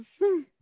Yes